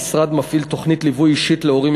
המשרד מפעיל תוכנית ליווי אישית להורים